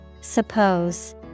Suppose